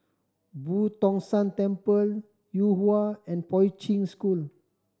Boo Tong San Temple Yuhua and Poi Ching School